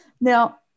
Now